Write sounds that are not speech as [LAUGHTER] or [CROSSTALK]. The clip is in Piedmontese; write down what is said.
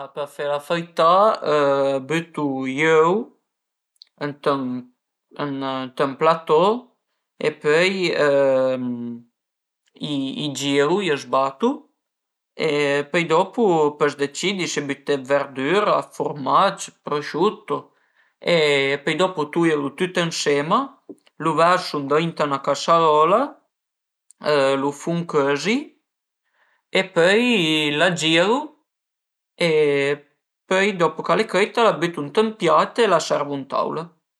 Për fe la frità bütu i öu ënt ën platò e pöi [HESITATION] i giru, i zbatu e pöi dopu pös decidi se büté dë verdüra, furmac, prosciutto e pöi dopo tuiru tüt ënsema, lu versu ëndrinta 'na casarola, lu fun cözi e pöi la gira e pöi dopu ch'al e cöita la bütu ënt ün piat e la servu cauda